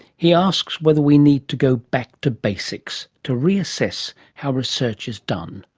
he asks whether we need to go back to basics to reassess how research is done.